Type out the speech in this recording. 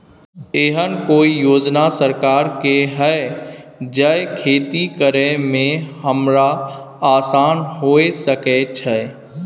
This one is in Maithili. एहन कौय योजना सरकार के है जै खेती करे में हमरा आसान हुए सके छै?